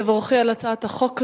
תבורכי על הצעת החוק הזו,